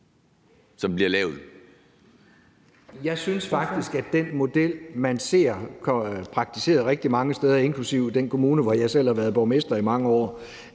Kissmeyer (V): Jeg synes faktisk, jeg i forhold til den model, man ser praktiseret rigtig mange steder, inklusive i den kommune, hvor jeg selv har været borgmester i mange år,